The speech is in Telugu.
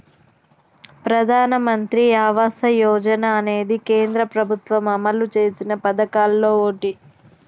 ప్రధానమంత్రి ఆవాస యోజన అనేది కేంద్ర ప్రభుత్వం అమలు చేసిన పదకాల్లో ఓటి